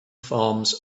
forms